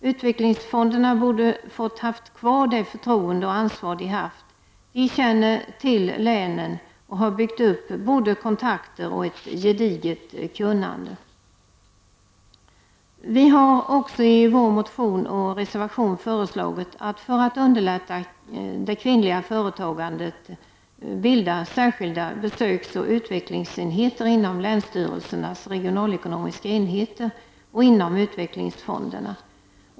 Utvecklingsfonderna borde ha fått ha kvar det förtroende och det ansvar de har haft. De känner till länen och har byggt upp både kontakter och ett gediget kunnande. Vi har i vår motion och reservation också föreslagit att man för att underlätta det kvinnliga företagandet skall bilda särskilda besöksoch utvecklingsenheter inom länsstyrelsernas regionalekonomiska enheter och inom utvecklingsfonderna.